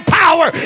power